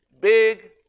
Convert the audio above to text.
big